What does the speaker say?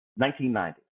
1990